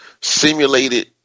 simulated